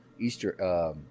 Easter